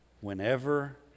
Whenever